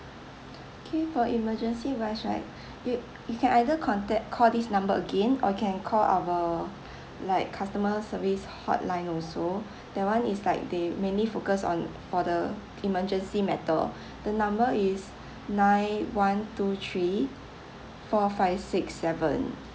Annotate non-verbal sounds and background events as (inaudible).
okay for emergency wise (breath) right you you can either contact call this number again or can call our (breath) like customer service hotline also (breath) that one is like they mainly focus on for the emergency matter (breath) the number is nine one two three four five six seven